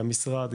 המשרד,